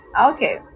okay